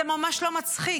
זה ממש לא מצחיק.